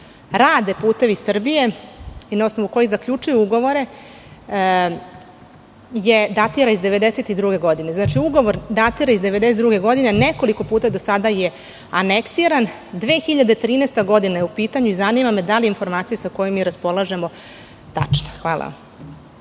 rade "Putevi Srbije" i na osnovu kojih zaključuju ugovore datira iz 1992. godine. Znači, ugovor datira iz 1992. godine. Nekoliko puta do sada je aneksiran. U pitanju je 2013. godina i zanima me – da li je tačna informacija sa kojom mi raspolažemo? Hvala